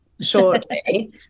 shortly